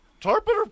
Tarpon